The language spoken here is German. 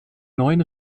neuen